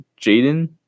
Jaden